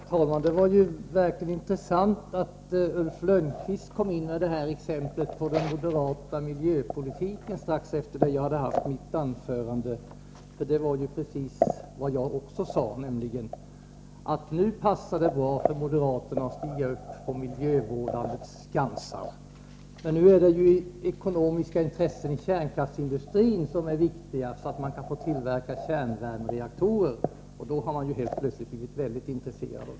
Herr talman! Det var verkligen intressant att Ulf Lönnqvist kom in med exemplet på den moderata miljöpolitiken strax efter det att jag hade hållit mitt anförande. Det var precis vad jag också sade, nämligen att nu passar det bra för moderaterna att stiga upp på miljövårdandets skansar. Nu är det ju ekonomiska intressen i kärnkraftsindustrin som är viktiga, så att man kan få tillverka kärnvärmereaktorer, och då har man helt plötsligt blivit väldigt intresserad.